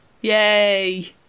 yay